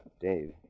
Dave